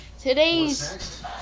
today's